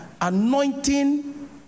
anointing